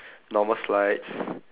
normal slides